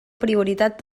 prioritat